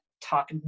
talk